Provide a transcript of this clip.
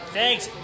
Thanks